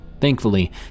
Thankfully